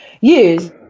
use